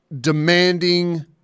demanding